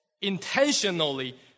intentionally